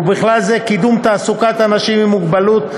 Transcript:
ובכלל זה קידום תעסוקת אנשים עם מוגבלות,